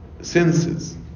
senses